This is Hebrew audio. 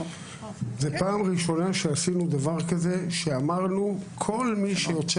זאת פעם ראשונה שעשינו דבר כזה ואמרנו: כל מי שיוצא